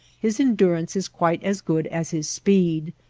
his endurance is quite as good as his speed.